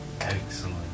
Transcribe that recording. Excellent